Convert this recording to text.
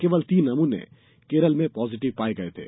केवल तीन नमूने केरल में पॉजिटिव पाये गए थे